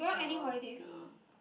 Calbee